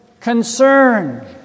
concern